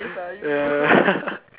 ya